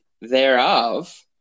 thereof